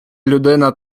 людина